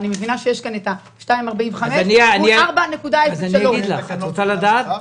אני מבינה שיש כאן 2.45% מול 4.03%. את רוצה לדעת?